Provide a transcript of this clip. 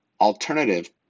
alternative